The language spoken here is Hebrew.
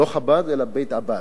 לא חב"ד, אלא בית-הבד,